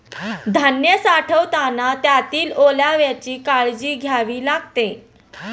धान्य साठवताना त्यातील ओलाव्याची काळजी घ्यावी लागते